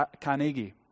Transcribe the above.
Carnegie